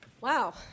Wow